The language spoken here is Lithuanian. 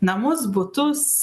namus butus